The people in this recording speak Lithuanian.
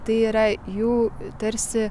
tai yra jų tarsi